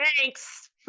thanks